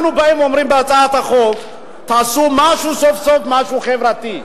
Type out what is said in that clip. אנחנו באים ואומרים בהצעת החוק: תעשו סוף-סוף משהו חברתי.